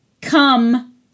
come